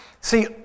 See